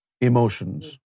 emotions